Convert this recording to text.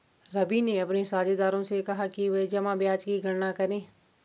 रवि ने अपने साझेदारों से कहा कि वे जमा ब्याज की गणना करें